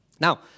Now